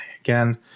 again